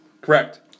Correct